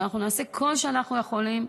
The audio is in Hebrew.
אנחנו נעשה כל מה שאנחנו יכולים,